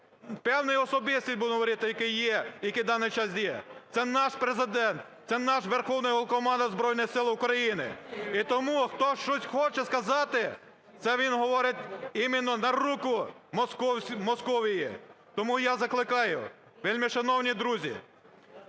який є, який в даний час є, це наш Президент, це наш Верховний Головнокомандувач Збройних Сил України. І тому, хто щось хоче сказати, це він говорить іменно на руку Московії. Тому я закликаю, вельмишановні друзі,